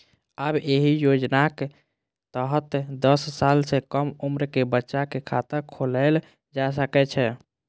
आब एहि योजनाक तहत दस साल सं कम उम्र के बच्चा के खाता खोलाएल जा सकै छै